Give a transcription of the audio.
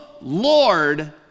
Lord